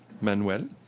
Manuel